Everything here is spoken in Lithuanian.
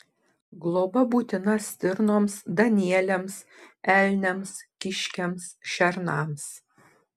globa būtina stirnoms danieliams elniams kiškiams šernams